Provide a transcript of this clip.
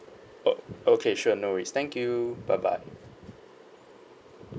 o~ okay sure no worries thank you bye bye